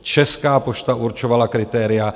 Česká pošta určovala kritéria.